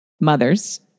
mothers